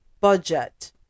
budget